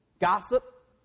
Gossip